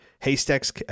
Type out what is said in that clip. Haystacks